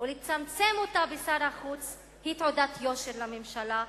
ולצמצם אותה בשר החוץ הוא תעודת יושר לממשלה,